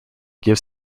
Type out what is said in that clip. give